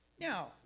Now